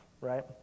right